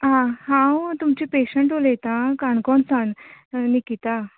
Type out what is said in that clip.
आ हांव तुमचे पेशंन्ट उलयता काणकोणसान निकिता